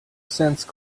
sense